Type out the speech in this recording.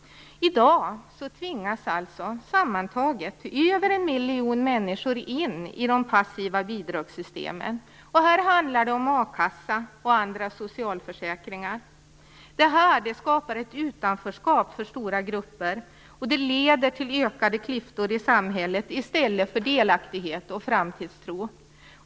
I dag tvingas sammantaget över 1 miljon människor in i de passiva bidragssystemen. Här handlar det om a-kassa och andra socialförsäkringar. Det skapar ett utanförskap för stora grupper, och det leder till ökade klyftor i samhället i stället för delaktighet och framtidstro.